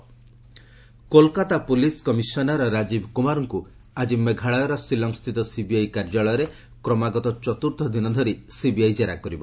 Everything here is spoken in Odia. Kumar continuing Kolkata police commissioner Rajeev କୁମାରଙ୍କୁ ଆଜି ମେଘାଳୟର ଶିଳଂସ୍ଥିତ ସିବିଆଇ କାର୍ଯ୍ୟାଳୟରେ କ୍ରମାଗତ ଚତୁର୍ଥ ଦିନ ଧରି ସିବିଆଇ ଜେରା କରିବ